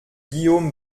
guillaume